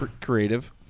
Creative